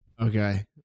Okay